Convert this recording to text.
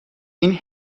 این